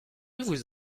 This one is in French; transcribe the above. vous